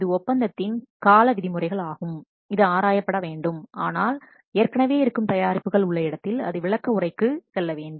இது ஒப்பந்தத்தின் கால மற்றும் கால விதிமுறைகள் ஆகும் இது ஆராயப்பட வேண்டும் ஆனால் ஏற்கனவே இருக்கும் தயாரிப்புகள் உள்ள இடத்தில் அது விளக்க உரைக்கு செல்ல வேண்டும்